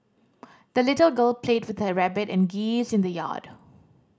the little girl played with her rabbit and geese in the yard